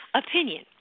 opinion